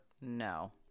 no